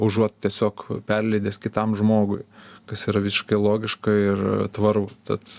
užuot tiesiog perleidęs kitam žmogui kas yra visiškai logiška ir tvaru tad